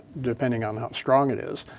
depending um how strong it is.